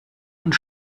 und